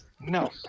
No